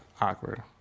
awkward